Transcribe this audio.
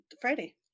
Friday